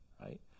right